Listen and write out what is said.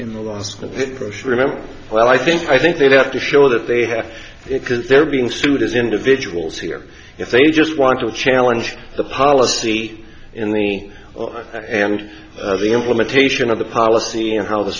remember well i think i think they have to show that they have it because they're being sued as individuals here if they just want to challenge the policy in the of and the implementation of the policy and how the